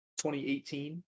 2018